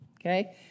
okay